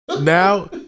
now